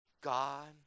god